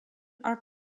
are